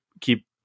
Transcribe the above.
keep